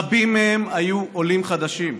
רבים מהם היו עולים חדשים.